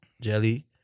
jelly